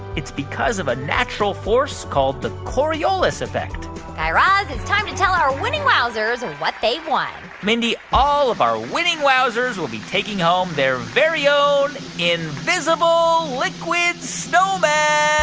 it's because of a natural force called the coriolis effect guy raz, it's time to tell our winning wowzers and what they've won mindy, all of our winning wowzers will be taking home their very own invisible liquid snowman